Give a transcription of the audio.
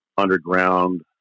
underground